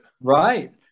Right